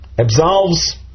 absolves